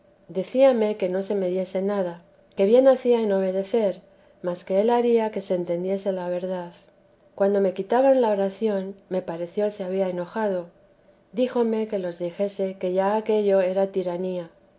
decíame que no se me diese nada que bien hacía en obedecer mas que él haría que se entendiese la verdad cuando me quitaban la oración me pareció se había enojado díjome que los dijese que ya aquello era tiranía